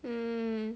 mm